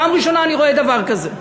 פעם ראשונה אני רואה דבר כזה.